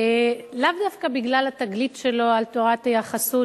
לאו דווקא בגלל התגלית שלו על תורת היחסות,